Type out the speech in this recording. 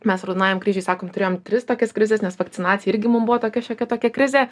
mes raudonajam kryžiuj sakom turėjom tris tokias krizes nes vakcinacija irgi mum buvo tokia šiokia tokia krizė